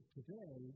today